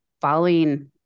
following